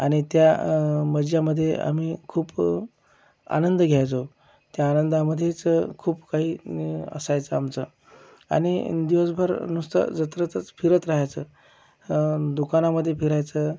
आणि त्या मजामध्ये आम्ही खूप आनंद घ्यायचो त्या आनंदामध्येच खूप काही असायचं आमचं आणि दिवसभर नुसतं जत्रेतच फिरत रहायचं दुकानामध्ये फिरायचं